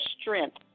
strength